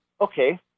okay